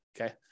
Okay